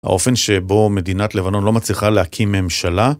האופן שבו מדינת לבנון לא מצליחה להקים ממשלה.